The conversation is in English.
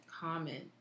common